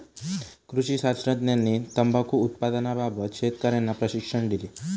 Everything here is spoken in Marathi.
कृषी शास्त्रज्ञांनी तंबाखू उत्पादनाबाबत शेतकर्यांना प्रशिक्षण दिले